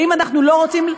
האם אנחנו לא רוצים,